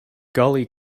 gully